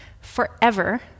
forever